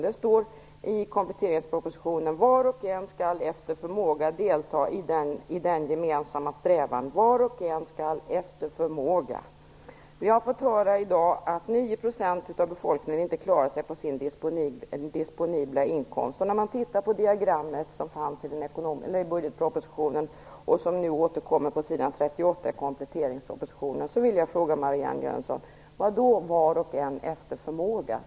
Det står i kompletteringspropositionen: Var och en skall efter förmåga delta i den gemensamma strävan. Vi har i dag fått höra att 9 % av befolkningen inte klarar sig på sin disponibla inkomst. När jag tittar på diagrammet som fanns i budgetpropositionen och som nu återkommer på s. 38 i kompletteringspropositionen vill jag fråga Marianne Jönsson: Vad menas med "var och en efter förmåga"?